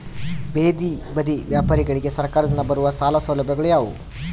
ಬೇದಿ ಬದಿ ವ್ಯಾಪಾರಗಳಿಗೆ ಸರಕಾರದಿಂದ ಬರುವ ಸಾಲ ಸೌಲಭ್ಯಗಳು ಯಾವುವು?